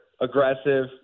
Aggressive